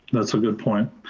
that's a good point.